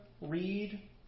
read